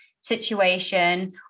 situation